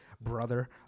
brother